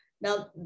Now